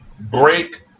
Break